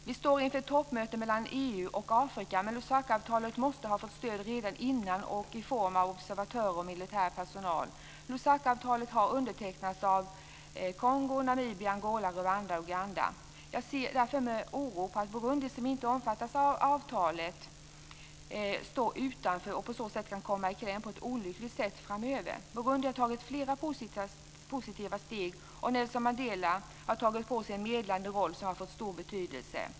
Vi står inför ett toppmöte mellan EU och Afrika. Men Lusakaavtalet måste ha fått stöd redan innan i form av observatörer och militär personal. Lusakaavtalet har undertecknats av Kongo, Namibia, Angola, Rwanda och Uganda. Jag ser därför med oro på att Burundi, som inte omfattas av avtalet, står utanför och på så sätt framöver kan komma i kläm på ett olyckligt sätt. Burundi har tagit flera positiva steg och Nelson Mandela har tagit på sig en medlande roll som har fått stor betydelse.